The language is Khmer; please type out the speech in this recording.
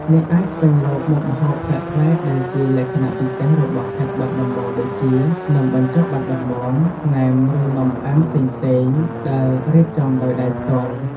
អ្នកអាចស្វែងរកមុខម្ហូបប្លែកៗដែលជាលក្ខណៈពិសេសរបស់ខេត្តបាត់ដំបងដូចជា នំបញ្ចុកបាត់ដំបង ណែម ឬនំផ្អែមផ្សេងៗដែលរៀបចំដោយដៃផ្ទាល់។